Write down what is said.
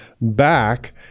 back